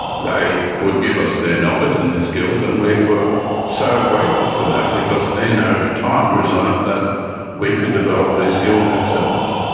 they would give us their knowledge and their and skills and we were so grateful for that, because then, over time, we learned that we could develop these skills ourselves.